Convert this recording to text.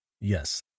Yes